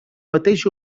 mateix